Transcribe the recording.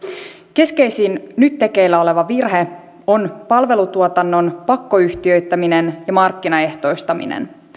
keskeisin nyt tekeillä oleva virhe on palvelutuotannon pakkoyhtiöittäminen ja markkinaehtoistaminen